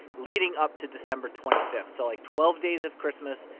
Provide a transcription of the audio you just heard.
leading up to december twenty five so, like, twelve days of christmas,